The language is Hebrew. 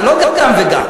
זה לא גם וגם.